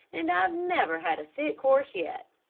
and i've never had a sick horse yet.